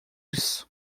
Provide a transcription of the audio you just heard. isso